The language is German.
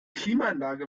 klimaanlage